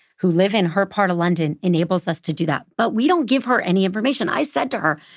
who live in her part of london, enables us to do that. but we don't give her any information. i said to her,